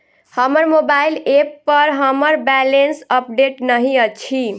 हमर mobile app पर हमर बैलेंस अपडेट नहि अछि